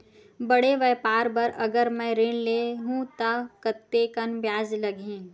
बड़े व्यापार बर अगर मैं ऋण ले हू त कतेकन ब्याज लगही?